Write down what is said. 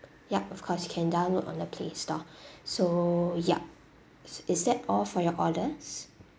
ya of course you can download on the play store so yup is that all for your orders